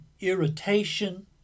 irritation